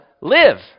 live